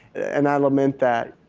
and i lament that.